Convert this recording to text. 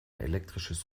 elektrisches